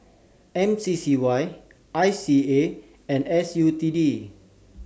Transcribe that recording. M C C Y I C A and S U T D